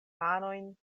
manojn